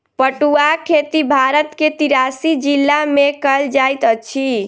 पटुआक खेती भारत के तिरासी जिला में कयल जाइत अछि